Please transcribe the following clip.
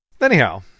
Anyhow